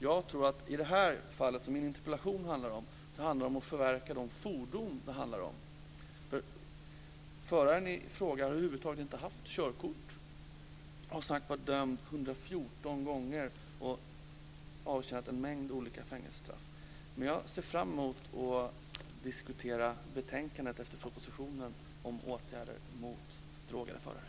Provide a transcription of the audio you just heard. Jag tror att i den typ av fall som jag tagit upp i min interpellation handlar det om att förverka de fordon det handlar om. Föraren i fråga har över huvud taget aldrig haft körkort. Han har som sagt varit dömd 114 gånger och avtjänat en mängd olika fängelsestraff. Jag ser fram emot att diskutera betänkandet efter propositionen om åtgärder mot drogade förare.